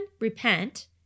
repent